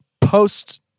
Post